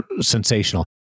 sensational